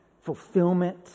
fulfillment